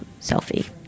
selfie